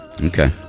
Okay